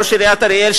ראש עיריית אריאל,